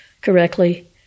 correctly